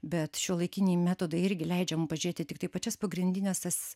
bet šiuolaikiniai metodai irgi leidžia mum pažiūrėti tiktai pačias pagrindines tas